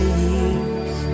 years